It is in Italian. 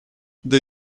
the